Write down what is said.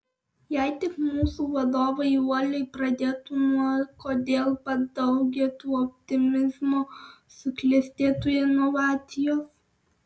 jei tik mūsų vadovai uoliai pradėtų nuo kodėl padaugėtų optimizmo suklestėtų inovacijos